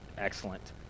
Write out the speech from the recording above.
excellent